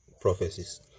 prophecies